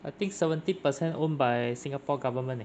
I think seventy percent owned by singapore government leh